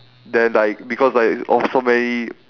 then like because like also many